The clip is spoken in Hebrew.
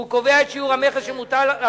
והוא קובע את שיעור המכס שמוטל על